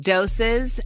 Doses